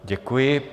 Děkuji.